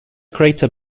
crater